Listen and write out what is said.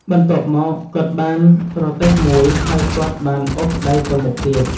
បន្ទាប់មក គាត់បានរទេះមួយ ហើយគាត់បានអូសប្តីទៅមុខទៀត។